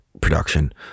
production